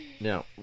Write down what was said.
Now